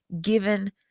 given